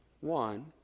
one